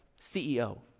CEO